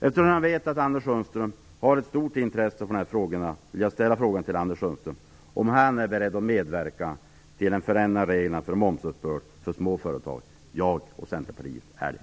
Eftersom jag vet att Anders Sundström har ett stort intresse för de här frågorna vill jag fråga honom om han är beredd att medverka till en förändring av reglerna för momsuppbörd för små företag. Jag och Centerpartiet är det.